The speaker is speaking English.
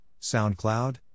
SoundCloud